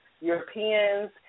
Europeans